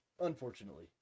unfortunately